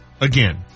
again